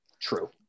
True